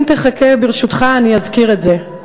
אם תחכה, ברשותך, אני אזכיר את זה.